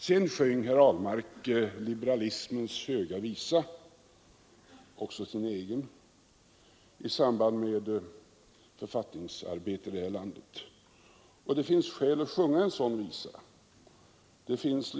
Sedan sjöng herr Ahlmark liberalismens höga visa — och sin egen — i samband med författningsarbetet i det här landet. Och det finns skäl att sjunga en sådan liberalismens visa.